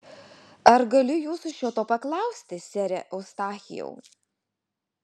ar galiu jūsų šio to paklausti sere eustachijau